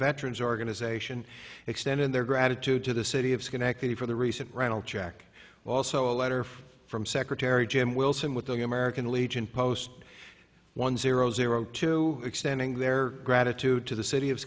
veterans organization extending their gratitude to the city of schenectady for the recent ronald check also a letter from secretary jim wilson with the american legion post one zero zero two extending their gratitude to the city of